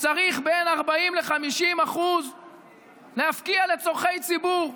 צריך בין 40% ל-50% להפקיע לצורכי ציבור.